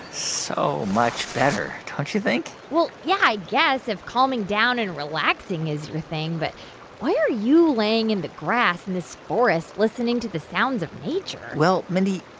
so much better, don't you think? well, yeah, i guess, if calming down and relaxing is your thing. but why are you laying in the grass this forest listening to the sounds of nature? well, mindy,